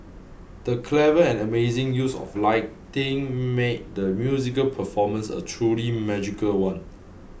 the clever and amazing use of lighting made the musical performance a truly magical one